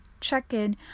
check-in